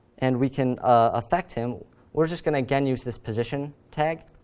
and we can affect him we're just going to, again, use this position tag.